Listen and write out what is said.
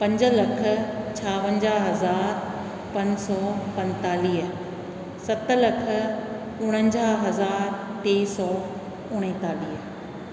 पंज लख छावंजाहु हज़ार पंज सौ पंतालीह सत लख उणवंजाहु हज़ार टे सो उणितालीह